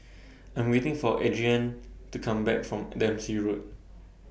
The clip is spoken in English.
I'm waiting For Adriane to Come Back from Dempsey Road